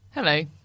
Hello